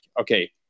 okay